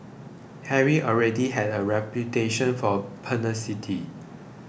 harry already had a reputation for pugnacity